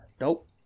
Nope